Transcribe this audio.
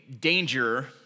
danger